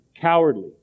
cowardly